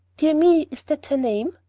dear me, is that her name?